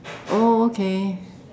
oh okay